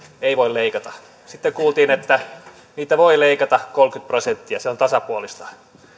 ei voi leikata sitten kuultiin että niitä voi leikata kolmekymmentä prosenttia se on tasapuolista